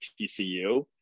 TCU